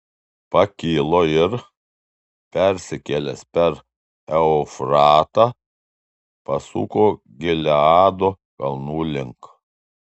pakilo ir persikėlęs per eufratą pasuko gileado kalnų link